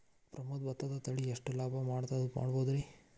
ಪ್ರಮೋದ ಭತ್ತದ ತಳಿ ಎಷ್ಟ ಲಾಭಾ ಮಾಡಬಹುದ್ರಿ?